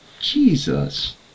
Jesus